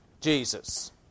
Jesus